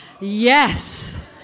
Yes